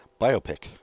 biopic